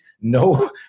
no